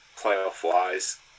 playoff-wise